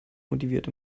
motiviert